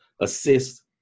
assist